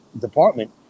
department